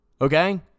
Okay